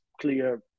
clear